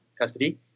custody